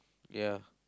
ya